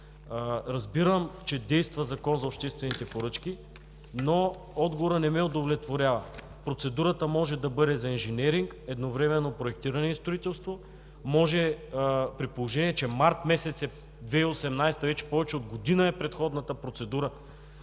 Разбирам, че действа Законът за обществените поръчки, но отговорът не ме удовлетворява. Процедурата може да бъде за инженеринг, едновременно проектиране и строителство. При положение че от март месец 2018-а, вече повече от година е предходната процедура,